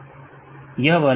विद्यार्थी परमाणु रिकॉर्ड्स